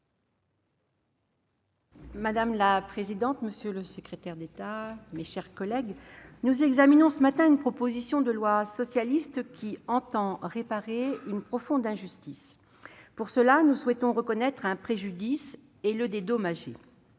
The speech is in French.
Madame la présidente, monsieur le secrétaire d'État, mes chers collègues, nous examinons ce matin une proposition de loi socialiste qui vise à réparer une profonde injustice. Nous souhaitons voir reconnaître et indemniser